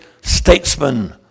statesman